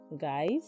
Guys